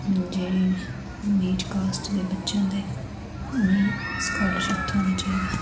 जेह्ड़ी नीच कास्ट दे बच्चे होंदे उ'नें ई स्कॉलरशिप थ्होना चाहिदा